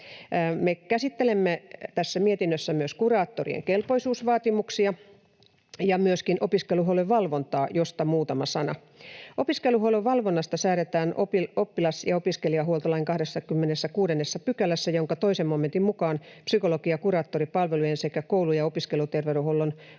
Me käsittelemme tässä mietinnössä myös kuraattorien kelpoisuusvaatimuksia ja myöskin opiskeluhuollon valvontaa, josta muutama sana: Opiskeluhuollon valvonnasta säädetään oppilas‑ ja opiskelijahuoltolain 26 §:ssä, jonka 2 momentin mukaan psykologi‑ ja kuraattoripalvelujen sekä koulu‑ ja opiskeluterveydenhuollon palvelujen